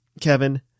Kevin